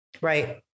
right